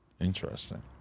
Interesting